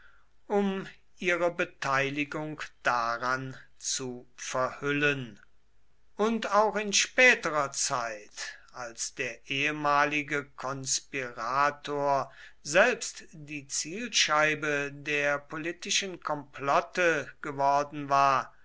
um ihre beteiligung daran zu verhüllen und auch in späterer zeit als der ehemalige konspirator selbst die zielscheibe der politischen komplotte geworden war